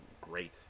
great